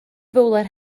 fowler